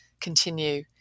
continue